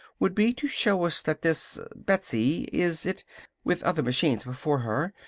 would be to show us that this betsy, is it with other machines before her,